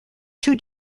two